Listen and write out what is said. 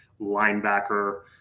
linebacker